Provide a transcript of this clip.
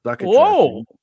Whoa